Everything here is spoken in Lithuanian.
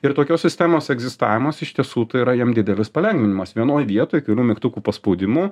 ir tokios sistemos egzistavimas iš tiesų tai yra jam didelis palengvinimas vienoj vietoj kelių mygtukų paspaudimu